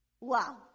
Wow